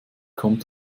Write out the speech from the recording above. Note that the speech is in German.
kommt